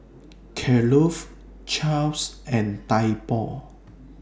Kellogg's Chaps and Typo